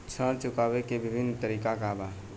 ऋण चुकावे के विभिन्न तरीका का बा?